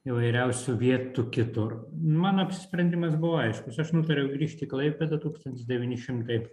įvairiausių vietų kitur mano apsisprendimas buvo aiškus aš nutariau grįžti į klaipėdą tūkstantis devyni šimtai